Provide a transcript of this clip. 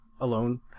alone